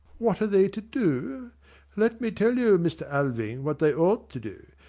what are they to do let me tell you, mr. alving, what they ought to do.